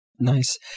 Nice